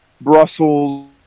Brussels